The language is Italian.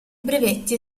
brevetti